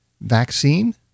vaccine